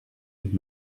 and